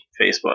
Facebook